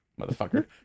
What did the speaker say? Motherfucker